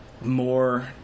more